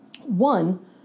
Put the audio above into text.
One